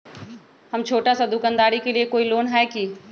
हम छोटा सा दुकानदारी के लिए कोई लोन है कि?